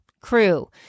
crew